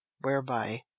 whereby